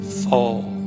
fall